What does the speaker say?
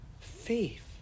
Faith